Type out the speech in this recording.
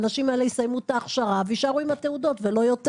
האנשים האלה יסיימו את ההכשרה ויישארו עם התעודות ולא יותר.